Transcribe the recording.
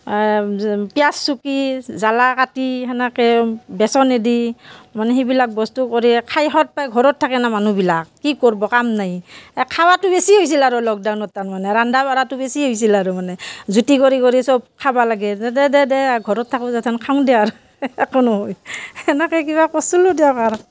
পিঁয়াজ চুকি জ্বলা কাটি সেনেকৈ বেচন দি মানে সেইবিলাক বস্তু কৰি খাই সুৱাদ পায় ঘৰত থাকে ন মানুহবিলাক কি কৰিব কাম নাই খোৱাটো বেছি হৈছিল আৰু লকডাউনত তাৰ মানে ৰন্ধা বঢ়াটো বেছি হৈছিল আৰু মানে জুতি কৰি কৰি চব খাব লাগে দে দে ঘৰত থাকোঁ যেতিয়া খাওঁ দিয়া আৰু একো নহয় সেনেকৈ কিবা কৰিলোঁ দিয়ক আৰু